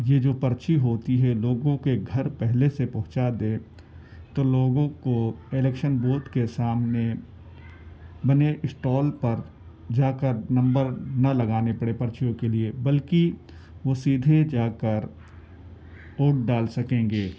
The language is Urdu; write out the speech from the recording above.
یہ جو پرچی ہوتی ہے لوگوں کے گھر پہلے سے پہنچا دیں تو لوگوں کو الیکشن بوتھ کے سامنے بنے اسٹال پر جا کر نمبر نہ لگانے پڑے پرچیوں کے لیے بلکہ وہ سیدھے جا کر ووٹ ڈال سکیں گے